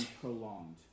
prolonged